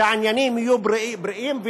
שהעניינים יהיו ברורים,